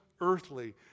earthly